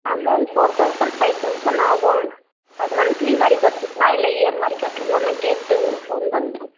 four thousand five thousand ஆகும் அது monthly மாதிரி கட்டணுமா இல்லை இயர் மாதிரி கட்டணுமா நான் கேட்டு உங்களுக்கு ஃபோன் பண்ணுறேன்